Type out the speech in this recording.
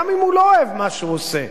גם אם הוא לא אוהב מה שהוא עושה,